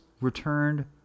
returned